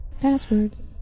Passwords